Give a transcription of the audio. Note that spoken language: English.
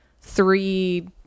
three